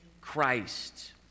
Christ